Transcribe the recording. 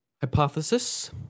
Hypothesis